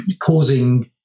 causing